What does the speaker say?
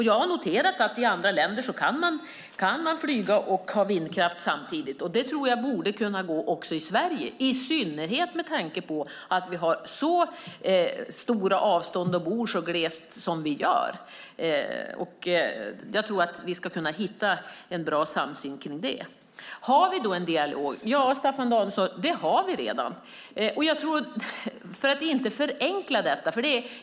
Jag har noterat att man i andra länder kan flyga och ha vindkraft samtidigt, så det borde kunna gå också i Sverige - i synnerhet med tanke på att vi har så stora avstånd och bor så glest som vi gör. Jag tror att vi ska kunna hitta en bra samsyn i det. Har vi en dialog? Ja, Staffan Danielsson, det har vi.